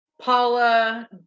paula